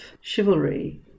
chivalry